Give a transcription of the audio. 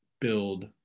build